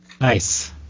Nice